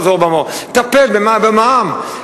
חזור ואמור: טפל במע"מ.